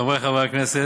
תודה, חברי חברי הכנסת,